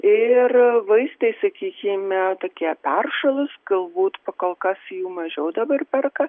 ir vaistai sakysime tokie peršalus galbūt pakolkas jų mažiau dabar perka